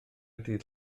ddydd